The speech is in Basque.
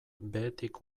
behetik